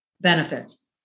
benefits